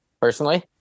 personally